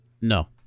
No